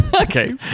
okay